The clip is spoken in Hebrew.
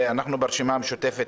ברשימה המשותפת,